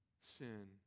sin